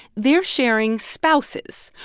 they're sharing spouses,